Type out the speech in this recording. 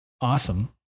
awesome